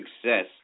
success